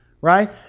right